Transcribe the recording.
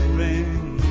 ring